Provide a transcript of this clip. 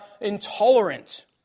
intolerant